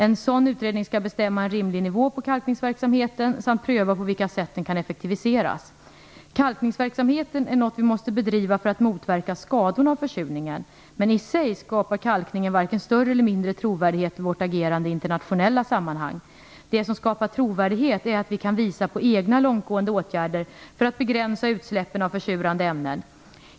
En sådan utredning skall bestämma en rimlig nivå på kalkningsverksamheten samt pröva på vilka sätt den kan effektiviseras. Kalkningsverksamheten är något vi måste bedriva för att motverka skadorna av försurningen. I sig skapar kalkningen varken större eller mindre trovärdighet för vårt agerande i internationella sammanhang. Det som skapar trovärdighet är att vi kan visa på egna långtgående åtgärder för att begränsa utsläppen av försurande ämnen.